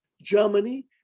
Germany